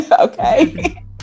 okay